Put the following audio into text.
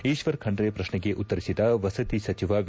ಈಶ್ವರ್ ಖಂಡ್ರೆ ಪ್ರಶ್ನೆಗೆ ಉತ್ತರಿಸಿದ ವಸತಿ ಸಚಿವ ವಿ